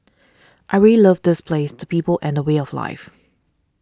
I really love this place the people and the way of life